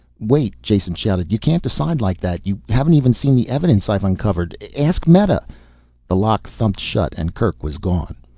wait, jason shouted. you can't decide like that. you haven't even seen the evidence i've uncovered. ask meta the lock thumped shut and kerk was gone.